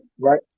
Right